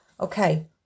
Okay